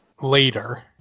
later